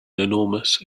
enormous